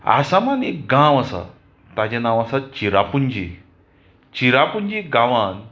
आसामांत एक गांव आसा ताचें नांव आसा चिरापुंजी चिरापुंजी गांवांत